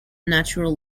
natural